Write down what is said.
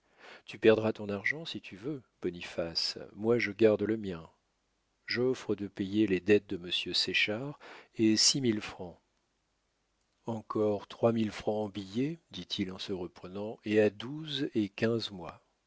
tu perdras ton argent si tu veux boniface moi je garde le mien j'offre de payer les dettes de monsieur séchard et six mille francs encore trois mille francs en billets dit-il en se reprenant et à douze et quinze mois